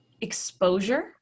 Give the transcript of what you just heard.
exposure